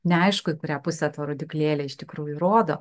neaišku į kurią pusę ta rodyklėlė iš tikrųjų rodo